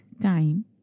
time